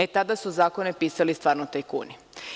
E, tada su zakone pisali stvarno tajkuni.